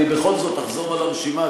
אני בכל זאת אחזור על הרשימה,